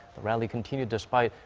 the rally continued despite